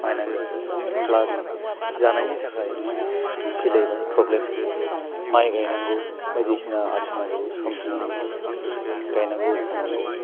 नायनांगोन प्लास जानायनि थाखाय फैलायबाय प्रब्लेम माइ गायनांगौ बायदिसिना आरजिनांगौ सोमजिनांगौ गायनांगौ फुनांगौ